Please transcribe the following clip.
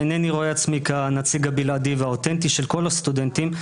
אינני רואה עצמי כנציג הבלעדי והאוטנטי של כל הסטודנטים.